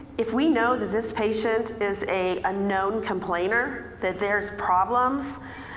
if we know that this patient is a ah known complainer, that there's problems